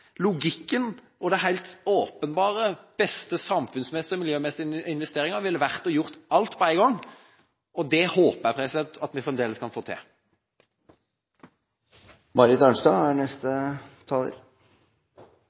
Logikken og den helt åpenbare og beste samfunnsmessige og miljømessige investeringa ville vært å gjøre alt på en gang. Og det håper jeg at vi framdeles kan få til. Det er